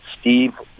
Steve